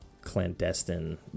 clandestine